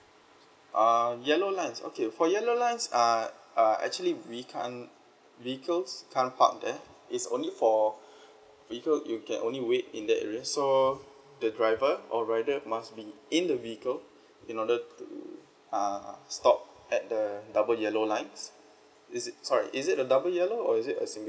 uh yellow lines okay for yellow lines err uh actually we can't vehicles can't park there it's only for vehicle you can only wait in that area so the driver or rider must be in the vehicle in order to uh stop at the double yellow lines is it sorry is it a double yellow or is it a single yellow